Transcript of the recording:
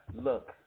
look